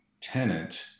tenant